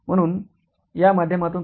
म्हणूनच या माध्यमातून प्रो